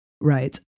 right